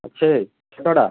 ଅଛେ କେତେଟା